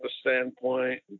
standpoint